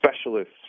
specialists